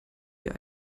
wir